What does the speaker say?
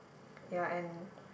ya and